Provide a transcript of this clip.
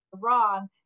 wrong